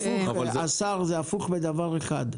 השר, זה הפוך בדבר אחד.